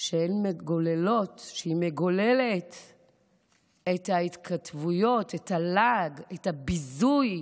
מגוללת את ההתכתבויות, את הלעג, את הביזוי,